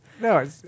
No